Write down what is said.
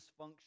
dysfunction